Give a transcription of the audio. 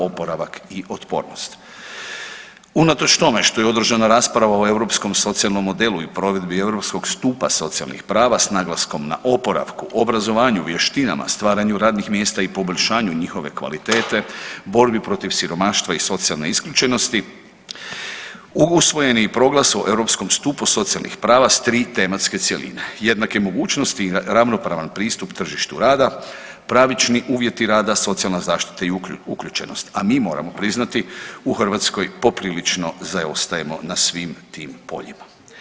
Unatoč tome što je održavana rasprava o europskom socijalnom modelu i provedbi europskog stupa socijalnih prava s naglaskom na oporavku, obrazovanju, vještinama, stvaranju radnih mjesta i poboljšanju njihove kvalitete, borbi protiv siromaštva i socijalne isključenosti, usvojeni i u proglasu o europskom stupu socijalnih prava s tri tematske cjeline, jednake mogućnosti i ravnopravan pristup tržištu rada, pravični uvjeti rada, socijalna zaštita i uključenost, a mi moramo priznati u Hrvatskoj poprilično zaostajemo na svim tim poljima.